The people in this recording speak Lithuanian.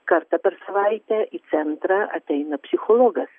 kartą per savaitę į centrą ateina psichologas